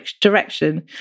direction